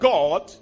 God